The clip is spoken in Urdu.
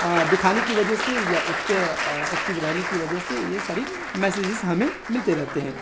دکھانے کی وجہ سے یا اس پہ ایکٹیو رہنے کی وجہ سے یہ ساری میسیجز ہمیں ملتے رہتے ہیں